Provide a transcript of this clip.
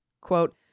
Quote